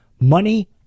Money